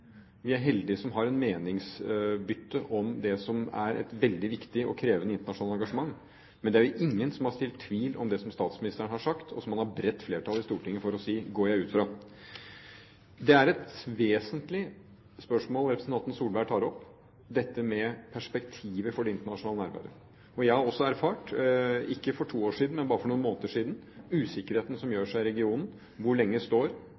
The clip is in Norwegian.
er heldige som har et meningsbytte om det som er et veldig viktig og krevende internasjonalt engasjement. Men det er jo ingen som har sådd tvil om det som statsministeren har sagt, og som han har bredt flertall i Stortinget for å si, går jeg ut fra. Det er et vesentlig spørsmål representanten Solberg tar opp, perspektivet for det internasjonale nærværet. Jeg har også erfart – ikke for to år siden, men bare for noen måneder siden – usikkerheten som gjør seg gjeldende i regionen om hvor lenge står